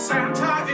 Santa